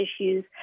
issues